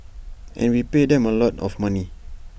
and we pay them A lot of money